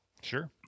Sure